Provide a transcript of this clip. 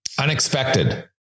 Unexpected